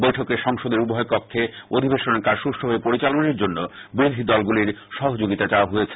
বৈঠকে সংসদের উভয় কক্ষে অধিবেশনের কাজ সুষ্ঠুভাবে পরিচালনের জন্য বিরোধীদলগুলির সহযোগিতা চাওয়া হয়েছে